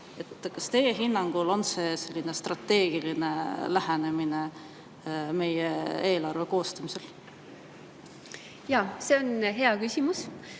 Kas teie hinnangul on see strateegiline lähenemine eelarve koostamisele? Jaa, see on hea küsimus.